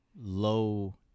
low